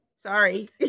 Sorry